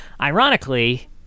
Ironically